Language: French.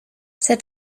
cet